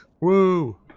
Woo